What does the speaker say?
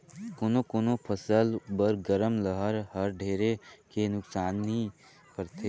कोनो कोनो फसल बर गरम लहर हर ढेरे के नुकसानी करथे